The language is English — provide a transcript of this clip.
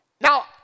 Now